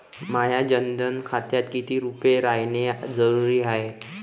माह्या जनधन खात्यात कितीक रूपे रायने जरुरी हाय?